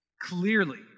Clearly